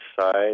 side